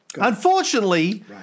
Unfortunately